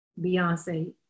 Beyonce